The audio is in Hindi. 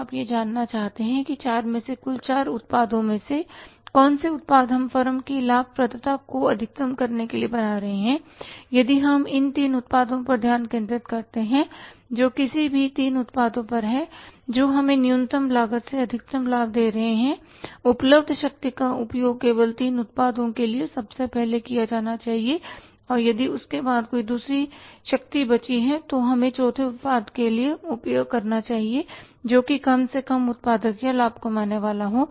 अब आप यह जानना चाहते हैं कि चार में से कुल चार उत्पादों में से कौन से उत्पाद हम फर्म की लाभप्रदता को अधिकतम करने के लिए बना रहे हैं यदि हम पहले तीन उत्पादों पर ध्यान केंद्रित करते हैं जो किसी भी तीन उत्पादों पर हैं जो हमें न्यूनतम लागत में अधिकतम लाभ दे रहे हैं उपलब्ध शक्ति का उपयोग केवल 3 उत्पादों के लिए सबसे पहले किया जाना चाहिए और यदि उसके बाद कोई शक्ति बची है तो हमें चौथे उत्पाद के लिए उपयोग करना चाहिए जो कि कम से कम उत्पादक या लाभ कमाने वाला हो